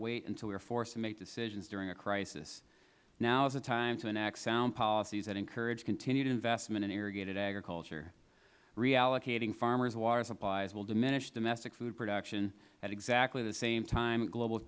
wait until we are forced to make decisions during a crisis now is the time to enact sound policies and encourage continued investment in irrigated agriculture reallocating farmers water supplies will diminish domestic food production at exactly the same time global